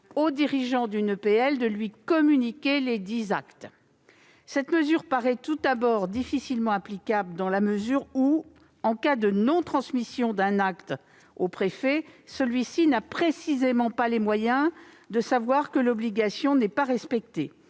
aux dirigeants d'une EPL de lui communiquer lesdits actes. Cette mesure paraît tout d'abord difficilement applicable, dans la mesure où, en cas de non-transmission d'un acte au préfet, celui-ci n'a précisément pas les moyens de savoir que l'obligation n'est pas respectée.